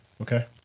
okay